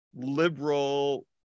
liberal